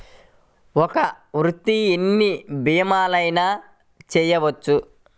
ఒక్క వ్యక్తి ఎన్ని భీమలయినా చేయవచ్చా?